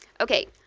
Okay